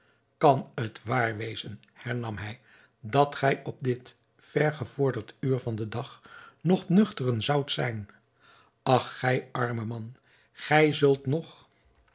kan het waar wezen hernam hij dat gij op dit ver gevorderd uur van den dag nog nuchteren zoudt zijn ach gij arme man gij zult nog